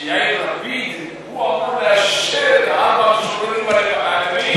שיאיר לפיד הוא שאמור לאשר את ארבעת המשוררים העבריים האלה.